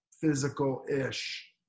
physical-ish